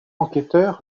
enquêteur